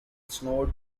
snowed